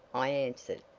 i answered,